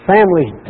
Families